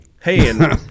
Hey